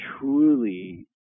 truly